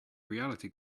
reality